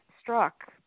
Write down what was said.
struck